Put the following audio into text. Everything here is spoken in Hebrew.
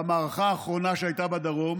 במערכה האחרונה שהייתה בדרום